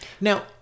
Now